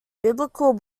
biblical